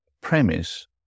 premise